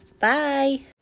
Bye